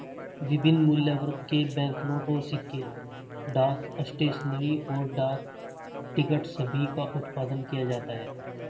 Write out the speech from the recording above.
विभिन्न मूल्यवर्ग के बैंकनोट और सिक्के, डाक स्टेशनरी, और डाक टिकट सभी का उत्पादन किया जाता है